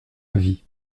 avis